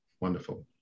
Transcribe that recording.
Wonderful